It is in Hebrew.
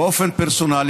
באופן פרסונלי,